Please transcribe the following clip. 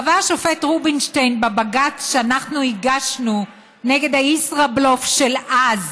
קבע השופט רובינשטיין בבג"ץ שאנחנו הגשנו נגד הישראבלוף של אז,